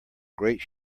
great